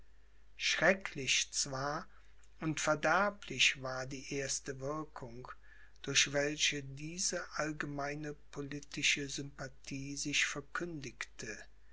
schrecklich zwar und verderblich war die erste wirkung durch welche diese allgemeine politische sympathie sich verkündigte